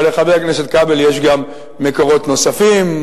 אבל לחבר הכנסת כבל יש גם מקורות נוספים.